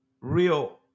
real